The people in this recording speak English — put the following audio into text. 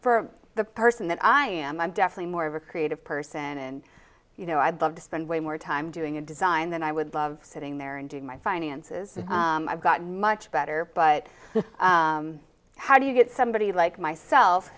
for the person that i am i'm definitely more of a creative person and you know i'd love to spend way more time doing a design than i would love sitting there and doing my finances i've got much better but how do you get somebody like myself